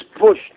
push